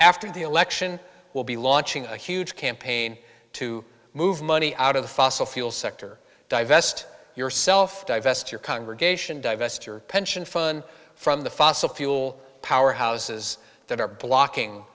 after the election will be launching a huge campaign to move money out of the fossil fuel sector divest yourself divest your congregation divest your pension fund from the fossil fuel power houses that are blocking